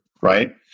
right